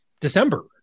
December